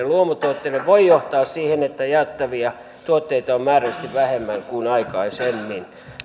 luomutuotteille voi johtaa siihen että jaettavia tuotteita on määrällisesti vähemmän kuin aikaisemmin